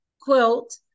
quilt